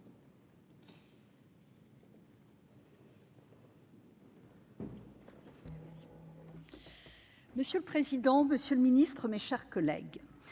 Monsieur le président, monsieur le ministre, mes chers collègues,